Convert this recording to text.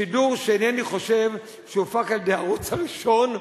שידור שאינני חושב שהופק על-ידי הערוץ הראשון,